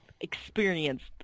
experienced